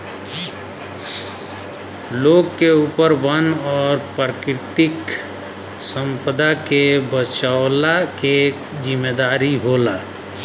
लोग के ऊपर वन और प्राकृतिक संपदा के बचवला के जिम्मेदारी होला